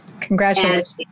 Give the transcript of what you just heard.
Congratulations